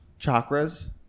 chakras